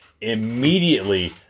Immediately